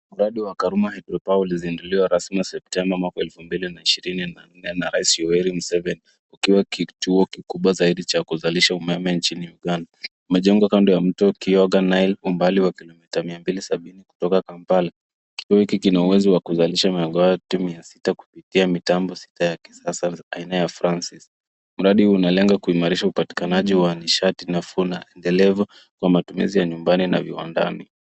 Uradi wa Karuma Hydropower uli zindiliwa rasmi September mwaka wa elfu mbili na ishirini na nne na rais Yuweri Museveni ukiwa kituo kikubwa zaidi cha kuzalisha umeme nchini Uganda. Majengo kando ya mto Kiyoga Nile umbali wa kilomita miambili sabini kutoka Kampala. Kituo hiki kina uwezo wa kuzalisha mwangaza timu ya sita kupitia mitambo sita ya kisasa aina ya Francis. Mradi huu unalenga kuimarisha upatikanaji wa nishati nafuna ndelevo kwa matumizi ya nyumbani na viwandani.